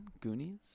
Goonies